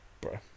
Bro